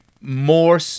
more